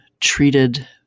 treated